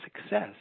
success